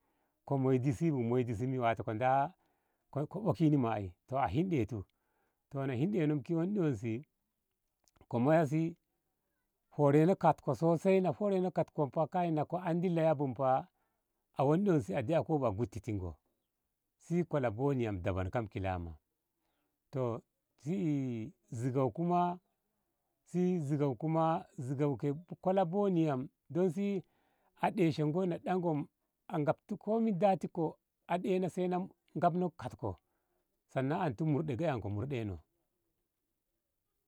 Koh moidi si bu moidi si wato ko ɓokini ma'i toh a hindu ti toh hinde no ki wonde wonse ko moya si hore no katko sosai na hore no katko ko an leyan bu fa a gutti ti ngo si kola boni yam kam si dabam kam kilama toh si zigaw ma kola boni yam don si a ɗeishe ngo na ɗa ngo a ngamti komin datinko a ɗena saina ngamko katko sannan a ditu murde giyanko murdeno.